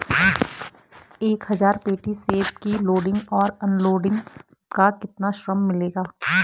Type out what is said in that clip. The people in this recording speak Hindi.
एक हज़ार पेटी सेब की लोडिंग और अनलोडिंग का कितना श्रम मिलेगा?